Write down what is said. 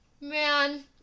Man